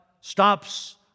stops